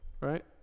right